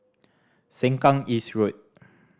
Sengkang East Road